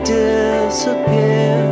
disappear